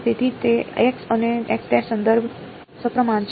તેથી તે x અને સંદર્ભે સપ્રમાણ છે